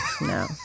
No